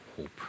hope